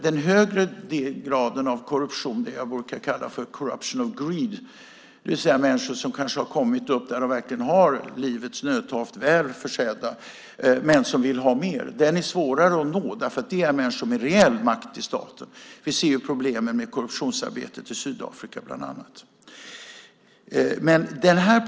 Den högre graden av korruption, det jag brukar kalla corruption of greed , det vill säga när människor har kommit upp så att de verkligen är väl försedda med livets nödtorft men som vill ha mer, är svårare att nå. Det är människor med reell makt i staten. Vi ser problemen med korruptionsarbetet i Sydafrika bland annat.